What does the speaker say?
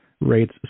rates